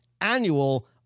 annual